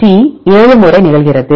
T 7 முறை நிகழ்கிறது